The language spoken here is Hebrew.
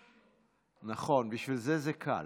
--- נכון, לכן זה קל.